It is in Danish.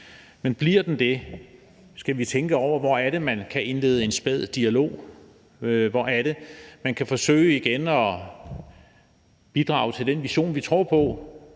Men bliver den det, skal vi tænke over, hvor man kan indlede en spæd dialog. Hvor er det? Man kan igen forsøge at bidrage til den vision, vi tror på